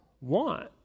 want